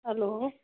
hello